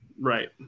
Right